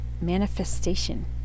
manifestation